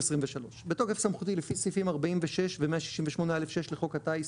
בתוקף סמכותי לפי סעיפים 46 ו-168(א)(6) לחוק הטיס,